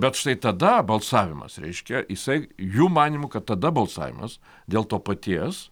bet štai tada balsavimas reiškia jisai jų manymu kad tada balsavimas dėl to paties